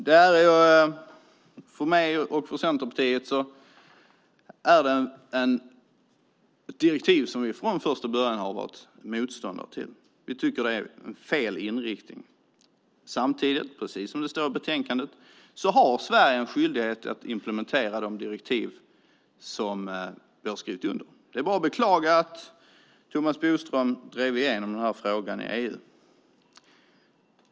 Detta är ett direktiv som jag och Centerpartiet från första början har varit motståndare till. Vi tycker att det är fel inriktning. Samtidigt har Sverige, precis som det står i betänkandet, en skyldighet att implementera de direktiv som vi har skrivit under. Det är bara att beklaga att Thomas Bodström drev igenom den här frågan i EU.